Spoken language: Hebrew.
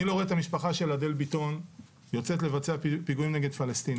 אני לא רואה את המשפחה של אבל ביטון יוצאת לבצע פיגועים נגד פלסטינים.